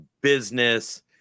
business